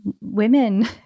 women